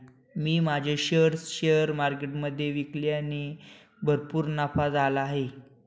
मी माझे shares share मार्केटमधे विकल्याने भरपूर नफा झाला आहे